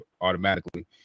automatically